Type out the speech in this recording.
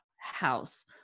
house